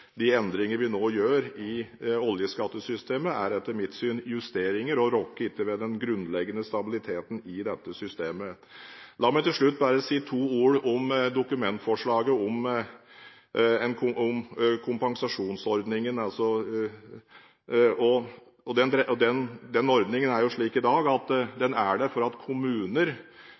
uforutsigbare endringer. Men som sagt: De endringene vi nå gjør i oljeskattesystemet, er etter mitt syn justeringer og rokker ikke ved den grunnleggende stabiliteten i dette systemet. La meg til slutt bare si to ord om Dokument 8-110 S, om kompensasjonsordningen. Den ordningen er jo der i dag for at